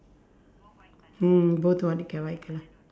mm both only got white colour